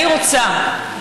אני רוצה,